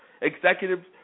Executive's